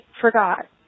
forgot